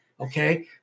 okay